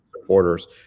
supporters